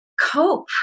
cope